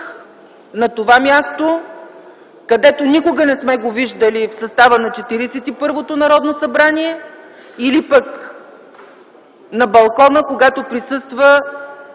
на това място (посочва), където никога не сме го виждали в състава на 41-то Народно събрание, или пък на балкона, когато присъства